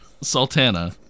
Sultana